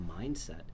mindset